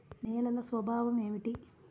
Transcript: నేలల స్వభావం ఏమిటీ?